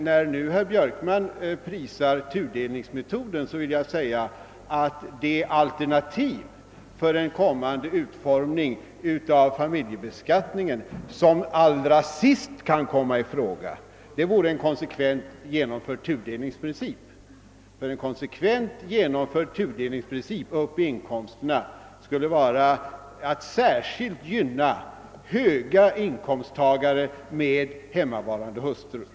När nu herr Björkman prisar tudelningsmetoden vill jag säga att det alternativ för en kommande utformning av familjebeskattningen som allra sist kan komma i fråga vore en konsekvent genomförd tudelningsprincip. En konsekvent genomförd tudelningsprincip skulle innebära, att man särskilt gynnar höga inkomsttagare med hemmavarande hustrur.